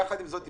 יחד עם זאת,